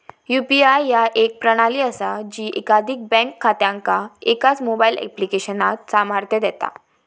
UPI ह्या एक प्रणाली असा जी एकाधिक बँक खात्यांका एकाच मोबाईल ऍप्लिकेशनात सामर्थ्य देता